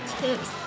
tips